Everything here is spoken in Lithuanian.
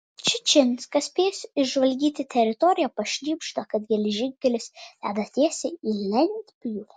čičinskas spėjęs išžvalgyti teritoriją pašnibžda kad geležinkelis veda tiesiai į lentpjūvę